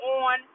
on